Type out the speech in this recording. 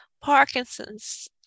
parkinson's